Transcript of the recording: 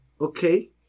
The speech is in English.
okay